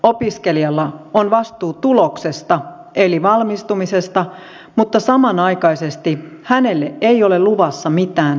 opiskelijalla on vastuu tuloksesta eli valmistumisesta mutta samanaikaisesti hänelle ei ole luvassa mitään työmarkkinoilla